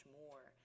more